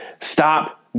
Stop